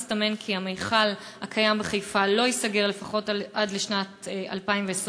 מסתמן כי המכל הקיים בחיפה לא ייסגר לפחות עד לשנת 2020,